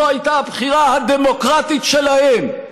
זו הייתה הבחירה הדמוקרטית שלהם,